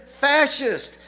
fascist